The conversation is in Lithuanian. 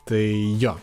tai jo